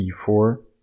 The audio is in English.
e4